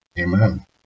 Amen